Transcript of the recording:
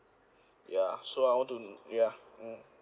ya so I want to ya mm